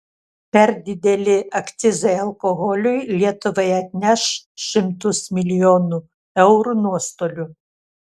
per dideli akcizai alkoholiui lietuvai atneš šimtus milijonų eurų nuostolių